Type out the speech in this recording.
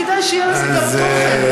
כדאי שיהיה לזה גם תוכן,